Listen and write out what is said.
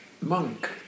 monk